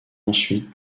ensuite